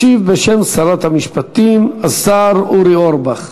ישיב, בשם שרת המשפטים, השר אורי אורבך.